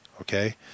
okay